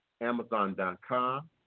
Amazon.com